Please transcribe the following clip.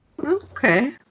Okay